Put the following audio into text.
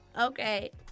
Okay